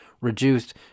reduced